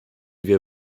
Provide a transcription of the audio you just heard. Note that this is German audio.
wir